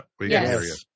Yes